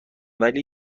ولی